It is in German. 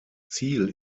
ziel